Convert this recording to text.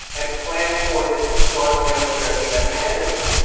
and plan for this extraordinary journey that's ahead of you.